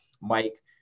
Mike